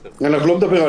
אני לא מדבר על זה,